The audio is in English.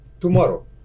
tomorrow